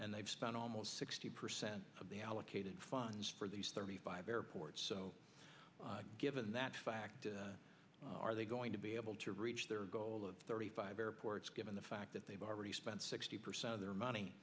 and they've spent almost sixty percent of the allocated funds for these thirty five airports so given that fact are they going to be able to reach their goal of thirty five airports given the fact that they've already spent sixty percent of their money